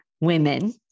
women